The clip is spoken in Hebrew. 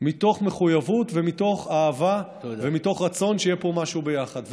מתוך מחויבות ומתוך אהבה ומתוך רצון שיהיה פה משהו ביחד.